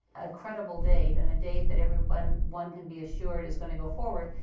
a credible date and a date that every one one can be assured is going to go forward,